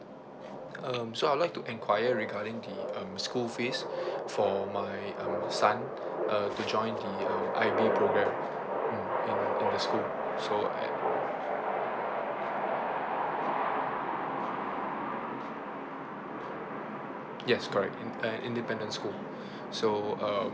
um so I would like to enquire regarding the um school fees for my um my son uh to join the um I_B program mm in in the school so I yes correct in uh independent school so um